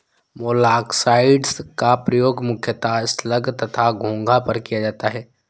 मोलॉक्साइड्स का प्रयोग मुख्यतः स्लग तथा घोंघा पर किया जाता है